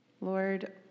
Lord